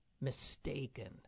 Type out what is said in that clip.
mistaken